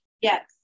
yes